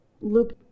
Luke